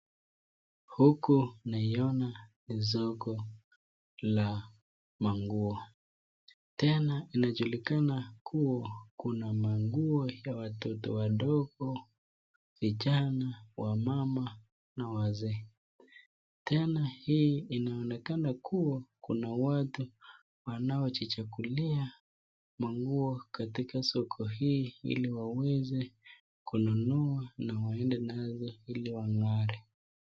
Huku, naiona, esoko, la manguo, tena inajulikana kuwa, kuna manguo ya watoto wadogo, huku vijana, wamama, na wazee, tena hii inaonekana kuwa, kuna watu, wanao jichagulia, manguo katika soko hii, ili waweze, kununua, na waende nazo, ili wangare.